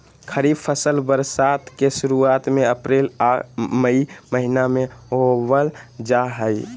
खरीफ फसल बरसात के शुरुआत में अप्रैल आ मई महीना में बोअल जा हइ